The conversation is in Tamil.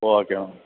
ஓகே வாங்க